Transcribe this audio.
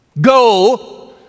go